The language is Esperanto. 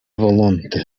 volonte